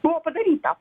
buvo padaryta